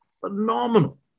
phenomenal